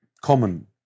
common